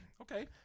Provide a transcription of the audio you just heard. Okay